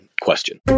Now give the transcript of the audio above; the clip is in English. question